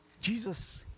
Jesus